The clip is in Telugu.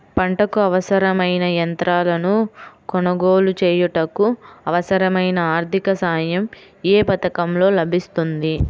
పంటకు అవసరమైన యంత్రాలను కొనగోలు చేయుటకు, అవసరమైన ఆర్థిక సాయం యే పథకంలో లభిస్తుంది?